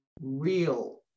real